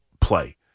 play